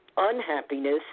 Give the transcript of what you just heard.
unhappiness